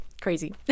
crazy